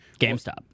GameStop